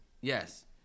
Yes